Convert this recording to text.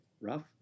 rough